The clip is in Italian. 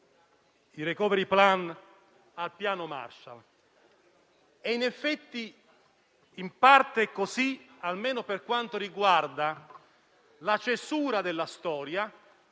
il *recovery plan* al piano Marshall. In effetti in parte è così, almeno per quanto riguarda la cesura nella storia,